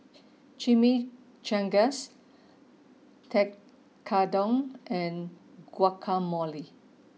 Chimichangas Tekkadon and Guacamole